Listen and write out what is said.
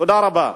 תודה רבה.